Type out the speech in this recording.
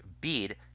bead